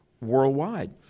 worldwide